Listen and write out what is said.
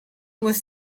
was